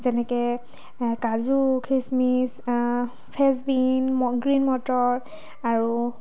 যেনেকৈ কাজু খিচমিচ ফ্ৰেঞ্চবিন ম গ্ৰীণ মটৰ আৰু